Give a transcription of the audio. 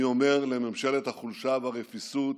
אני אומר לממשלת החולשה והרפיסות: